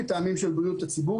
מטעמים של בריאות הציבור,